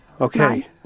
Okay